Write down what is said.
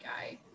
guy